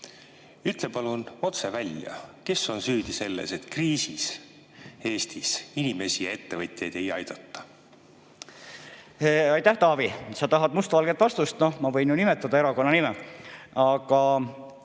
Ütle palun otse välja, kes on süüdi selles, et kriisis Eestis inimesi ja ettevõtjaid ei aidata! Aitäh, Taavi! Sa tahad mustvalget vastust. Ma võin nimetada erakonna nime, aga